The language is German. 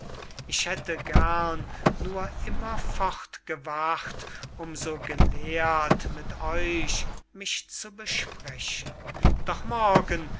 ich hätte gern nur immer fortgewacht um so gelehrt mit euch mich zu besprechen doch morgen